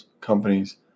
companies